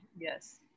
Yes